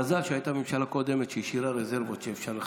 מזל שהייתה ממשלה קודמת שהשאירה רזרבות שאפשר לחלק.